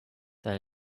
that